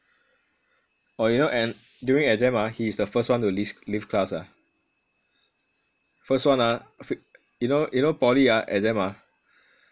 oh you know and during exam ah he's the first one to lea~ leave class ah first [one] ah f~ you know you know poly ah exam ah